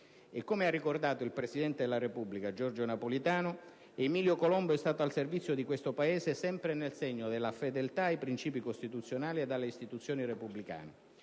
E come ha ricordato il presidente della Repubblica Giorgio Napolitano, Emilio Colombo è stato al servizio di questo Paese, sempre nel segno della fedeltà ai principi costituzionali ed alle istituzioni repubblicane.